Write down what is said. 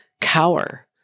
cower